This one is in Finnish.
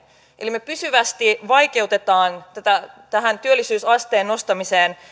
eli me pysyvästi vaikeutamme tähän työllisyysasteen nostamiseen